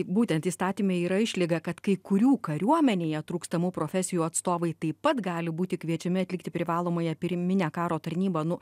būtent įstatyme yra išlyga kad kai kurių kariuomenėje trūkstamų profesijų atstovai taip pat gali būti kviečiami atlikti privalomąją pirminę karo tarnybą nu